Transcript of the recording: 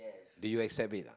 do you accept it ah